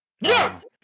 Yes